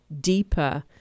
deeper